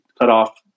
cutoff